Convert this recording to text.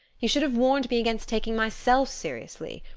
you should have warned me against taking myself seriously.